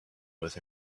with